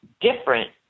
different